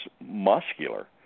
muscular